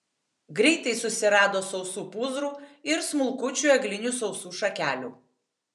greitai susirado sausų pūzrų ir smulkučių eglinių sausų šakelių